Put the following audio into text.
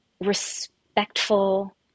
respectful